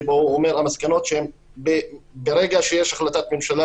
שבהן הוא אומר שהמסקנות הן שברגע שיש החלטת ממשלה